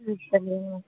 ठीक चलेगा